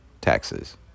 taxes